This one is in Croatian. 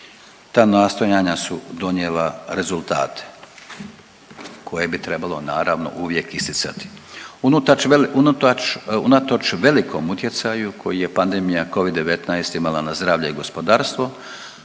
ta nastojanja su donijela rezultate koje bi trebalo naravno uvijek isticati. Unatoč velikom utjecaju koji je pandemija covid-19 imala na zdravlje i gospodarstvo